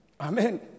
Amen